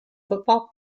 football